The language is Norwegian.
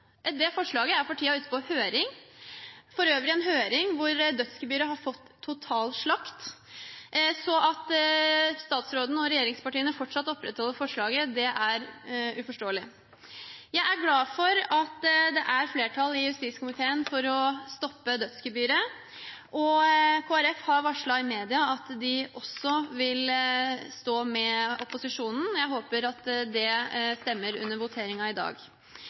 Det forslaget er for tiden ute på høring, for øvrig en høring hvor dødsgebyret har fått total slakt. Så at statsråden og regjeringspartiene fortsatt opprettholder forslaget, er uforståelig. Jeg er glad for at det er flertall i justiskomiteen for å stoppe dødsgebyret. Kristelig Folkeparti har varslet i media at de også vil stå med opposisjonen. Jeg håper at det stemmer under voteringen i dag.